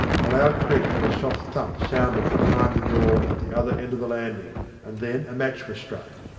a loud creak and a soft thump sounded from behind the door at the other end of the landing and then a match was struck.